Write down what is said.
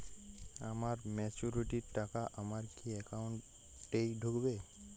আমার ম্যাচুরিটির টাকা আমার কি অ্যাকাউন্ট এই ঢুকবে?